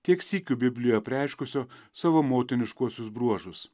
tiek sykių biblijoje apreiškusio savo motiniškuosius bruožus